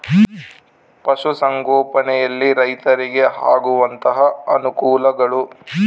ಪಶುಸಂಗೋಪನೆಯಲ್ಲಿ ರೈತರಿಗೆ ಆಗುವಂತಹ ಅನುಕೂಲಗಳು?